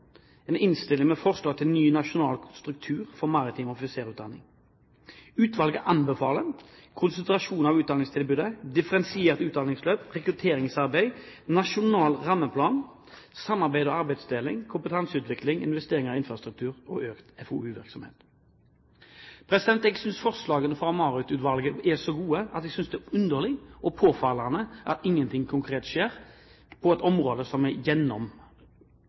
en innstilling med forslag til ny nasjonal struktur for maritim offisersutdanning. Utvalget anbefaler konsentrasjon av utdanningstilbudet, differensiert utdanningsløp, rekrutteringsarbeid, en nasjonal rammeplan, samarbeid og arbeidsdeling, kompetanseutvikling, investeringer i infrastruktur og økt FoU-virksomhet. Forslagene fra utvalget er så gode at jeg synes det er underlig og påfallende at intet konkret skjer – på et område som er gjennomrapportert gjennom